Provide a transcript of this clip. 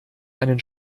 einen